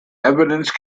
evidence